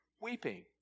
weeping